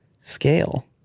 Scale